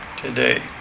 today